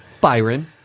Byron